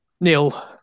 Neil